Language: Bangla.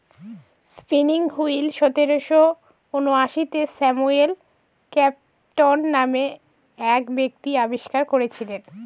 স্পিনিং হুইল সতেরোশো ঊনআশিতে স্যামুয়েল ক্রম্পটন নামে এক ব্যক্তি আবিষ্কার করেছিলেন